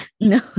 No